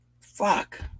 Fuck